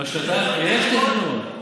יש תכנון.